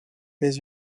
mais